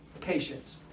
patience